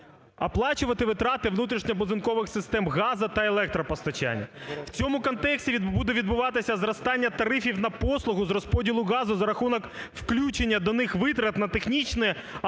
оплачувати витрати внутрішньобудинкових систем газу та електропостачання. В цьому контексті буде відбуватися зростання тарифів на послугу з розподілу газу за рахунок включення до них витрат на технічне